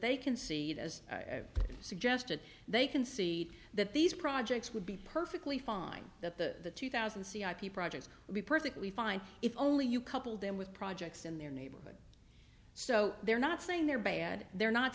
they can see it as suggested they can see that these projects would be perfectly fine that the two thousand and c r p projects would be perfectly fine if only you couple them with projects in their neighborhood so they're not saying they're bad they're not